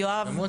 יואב,